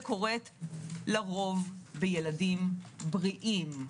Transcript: וקורית לרוב בילדים בריאים,